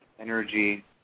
energy